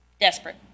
desperate